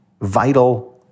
vital